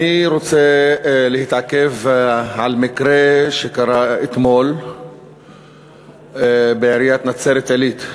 אני רוצה להתעכב על מקרה שקרה אתמול בעיריית נצרת-עילית.